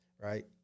right